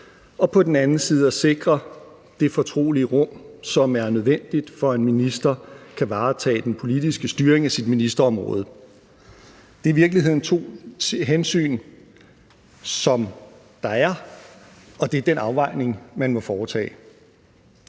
og på den anden side hensynet til at sikre det fortrolige rum, som er nødvendigt, for at en minister kan varetage den politiske styring af sit ministerområde. Det er i virkeligheden de to hensyn, der er, og det er den afvejning, man må foretage.